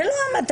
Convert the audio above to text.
זאת לא המטרה.